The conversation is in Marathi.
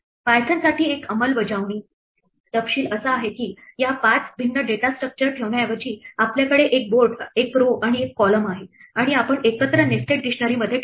पायथनसाठी एक अंमलबजावणी तपशील असा आहे की या 5 भिन्न डेटा स्ट्रक्चर्स ठेवण्याऐवजी आपल्याकडे एक बोर्ड आणि एक row आणि एक column आहे आणि आपण एकत्र नेस्टेड डिक्शनरी मध्ये ठेवतो